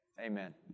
Amen